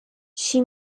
she